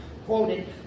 Quoted